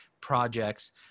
projects